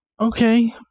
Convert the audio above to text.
Okay